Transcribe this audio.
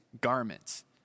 garments